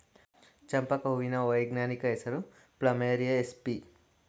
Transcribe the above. ಚಂಪಕ ಹೂವಿನ ವೈಜ್ಞಾನಿಕ ಹೆಸರು ಪ್ಲಮೇರಿಯ ಎಸ್ಪಿಪಿ